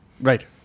Right